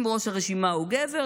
אם ראש הרשימה הוא גבר,